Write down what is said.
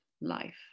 life